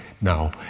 now